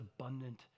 abundant